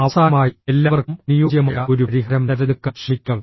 അവസാനമായി എല്ലാവർക്കും അനുയോജ്യമായ ഒരു പരിഹാരം തിരഞ്ഞെടുക്കാൻ ശ്രമിക്കുക